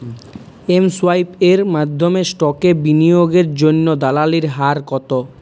mSwipe এর মাধ্যমে স্টকে বিনিয়োগের জন্য দালালির হার কত